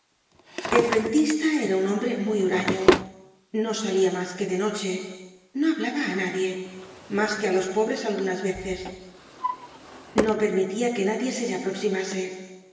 el rentista era un hombre muy huraño no saliamas que de noche no hablaba á nadie mas que á los pobres algunas ve i content from google book search generated at ees no permitia que nadie se le aproximase